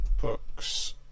books